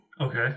Okay